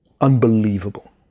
Unbelievable